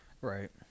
Right